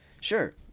Sure